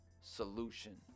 solution